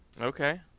Okay